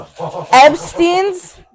Epstein's